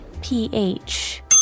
PH